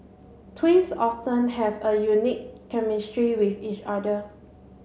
twins often have a unique chemistry with each other